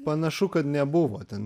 panašu kad nebuvo ten